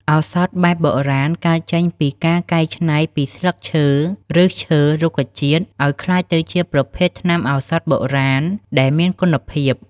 ឱសថបែបបុរាណ កើតចេញពីការកែច្នៃពីស្លឹកឈើ ឬសឈើរុក្ខជាតិឲ្យក្លាយទៅជាប្រភេទថ្នាំឱសថបុរាណដែលមានគុណភាព។